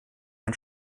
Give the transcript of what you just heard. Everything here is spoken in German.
ein